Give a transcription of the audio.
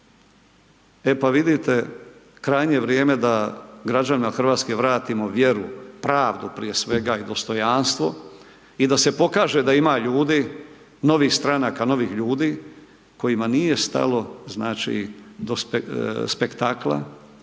E pa vidite, krajnje je vrijeme da građana Hrvatske vratimo vjeru, pravdu prije svega i dostojanstvo, i da se pokaže da ima ljudi, novih stranaka, novih ljudi kojima nije stalo znači